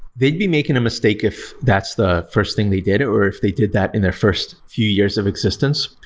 they'd be making a mistake if that's the first thing they did, or if they did that in their first few years of existence.